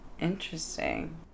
Interesting